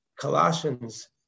Colossians